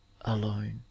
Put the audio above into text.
alone